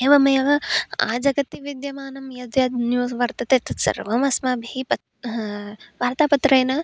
एवमेव आजगति विद्यमानं यद्यद् न्यूस् वर्तते तत्सर्वं अस्माभिः पत् वार्तापत्रेण